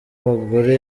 abagore